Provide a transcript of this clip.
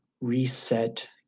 reset